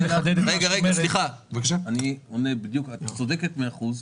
את צודקת במאה אחוזים.